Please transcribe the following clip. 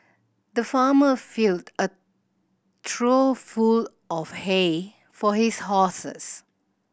the farmer filled a trough full of hay for his horses